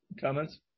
comments